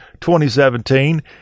2017